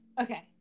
okay